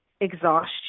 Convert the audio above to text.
exhaustion